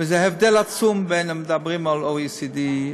וזה הבדל עצום בין שמדברים על ה-OECD,